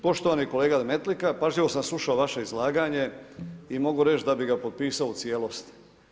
Poštovani kolega Demetlika, pažljivo sam slušao vaše izlaganje i mogu reći da bih ga potpisao u cijelosti.